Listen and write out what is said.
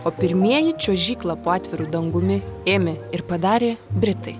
o pirmieji čiuožyklą po atviru dangumi ėmė ir padarė britai